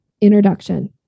introduction